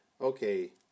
okay